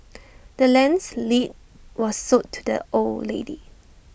the land's lead was sold to the old lady